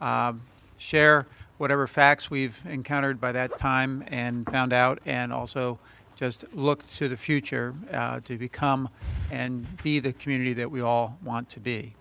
share whatever facts we've encountered by that time and found out and also just look to the future to become and be the community that we all want to be